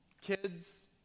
kids